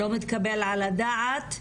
לא מתקבל על הדעת,